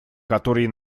которой